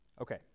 Okay